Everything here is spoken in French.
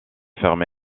fermé